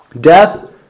Death